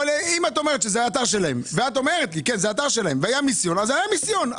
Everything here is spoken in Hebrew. שזה האתר שלהם והיה מיסיון אז היה מיסיון.